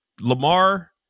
Lamar